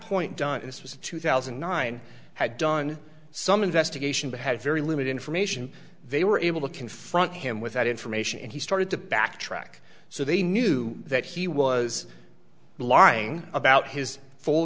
point done this was a two thousand and nine had done some investigation but had very limited information they were able to confront him with that information and he started to backtrack so they knew that he was lying about his full